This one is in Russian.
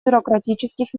бюрократических